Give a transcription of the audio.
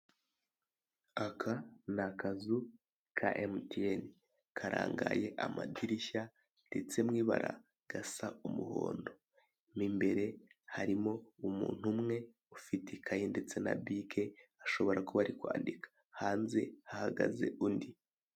Aka ni akazu ka MTN karangaye amadirishya ndetse mw'ibara gasa umuhondo, mo imbere harimo umuntu umwe ufite ikayi ndetse na bike ashobora kuba ari kwandika hanze hahagaze undi.